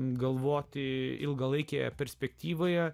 galvoti ilgalaikėje perspektyvoje